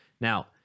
Now